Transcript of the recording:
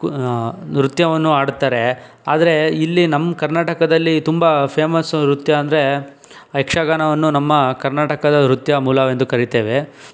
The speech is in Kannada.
ನೃತ್ಯವನ್ನು ಆಡುತ್ತಾರೆ ಆದರೆ ಇಲ್ಲಿ ನಮ್ಮ ಕರ್ನಾಟಕದಲ್ಲಿ ತುಂಬ ಫೇಮಸ್ ನೃತ್ಯ ಅಂದರೆ ಯಕ್ಷಗಾನವನ್ನು ನಮ್ಮ ಕರ್ನಾಟಕದ ನೃತ್ಯಮೂಲವೆಂದು ಕರಿತೇವೆ